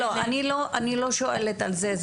לא, אני לא שואלת על זה.